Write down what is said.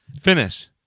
Finish